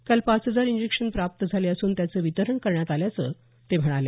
काल पाच हजार इंजेक्शन प्राप्त झाले असून त्याचे वितरण करण्यात आल्याचं ते म्हणाले